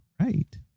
Right